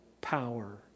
power